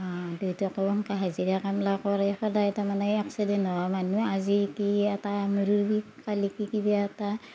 দেউতাকো সেনেকে হাজিৰা কামবিলাক কৰে সদায় তাৰমানে এক্সিডেণ্ট হোৱা মানুহ আজি কি এটা মূৰৰ বিষ কালি কি কিবা এটা